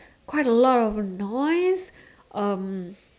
quite a lot of noise um